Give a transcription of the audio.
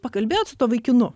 pakalbėjot su tuo vaikinu